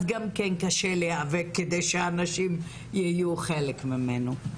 אז גם כן קשה להיאבק כדי שהנשים יהיו חלק ממנו.